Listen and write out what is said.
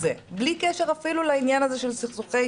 בלי קשר אפילו לעניין הזה של סכסוכי